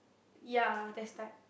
ya that's type